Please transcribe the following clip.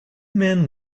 men